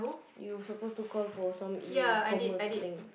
you suppose to call for some e-commerce thing